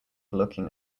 looking